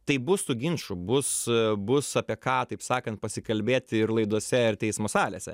tai bus tų ginčų bus bus apie ką taip sakant pasikalbėti ir laidose ir teismo salėse